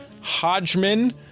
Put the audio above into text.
Hodgman